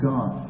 God